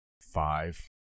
five